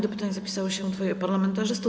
Do pytań zapisało się dwoje parlamentarzystów.